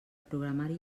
programari